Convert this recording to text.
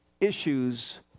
issues